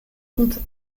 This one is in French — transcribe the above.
contes